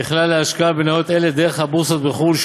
ככלל להשקעה במניות אלה דרך הבורסות בחו"ל,